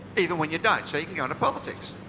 even when you don't. so you can go into politics.